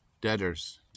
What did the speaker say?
debtors